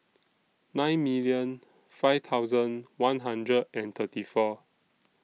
nine million five thousand one hundred and thirty four